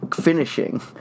finishing